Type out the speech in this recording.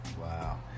Wow